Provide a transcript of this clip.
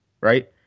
right